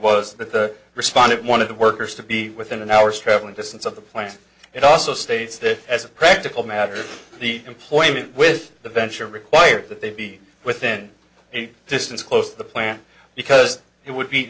that the respondent one of the workers to be within an hour's travelling distance of the plant it also states that as a practical matter the employment with the venture required that they be within a distance close to the plant because it would be